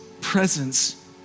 presence